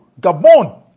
Gabon